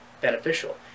beneficial